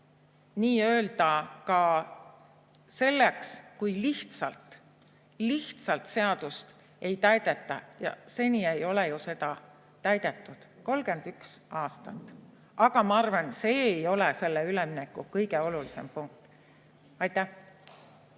hoovad ka selleks, kui lihtsalt seadust ei täideta. Ja seni ei ole ju seda täidetud 31 aastat. Aga ma arvan, see ei ole selle ülemineku kõige olulisem punkt. Peeter